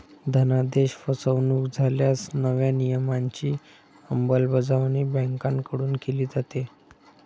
धनादेश फसवणुक झाल्यास नव्या नियमांची अंमलबजावणी बँकांकडून केली जाते